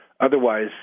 otherwise